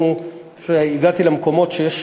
כשהגעתי למקומות שיש